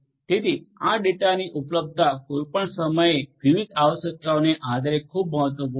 તેથી આ ડેટાની ઉપલબ્ધતા કોઈપણ સમયે વિવિધ આવશ્યકતાઓને આધારે ખૂબ મહત્વપૂર્ણ છે